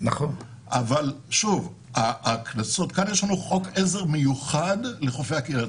אבל כאן יש לנו חוק עזר מיוחד לחופי הכינרת.